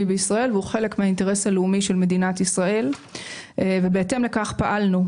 בישראל והוא חלק מהאינטרס הלאומי של מדינת ישראל ובהתאם לכך פעלנו.